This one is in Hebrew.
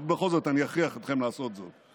אבל בכל זאת אני אכריח אתכם לעשות זאת.